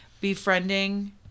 befriending